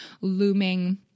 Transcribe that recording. looming